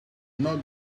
not